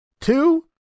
two